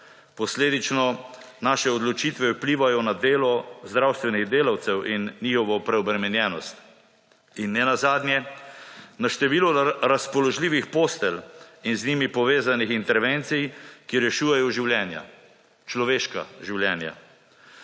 Posledično naše odločitve vplivajo na delo zdravstvenih delavcev in njihovo preobremenjenost in nenazadnje na število razpoložljivih postelj in z njimi povezanih intervencij, ki rešujejo življenja, človeška življenja.